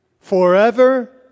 Forever